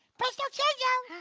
presto chango,